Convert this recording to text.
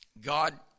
God